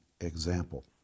example